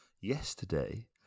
yesterday